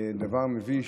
דבר מביש.